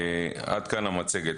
עד כאן המצגת.